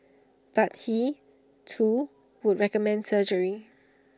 but he too would recommend surgery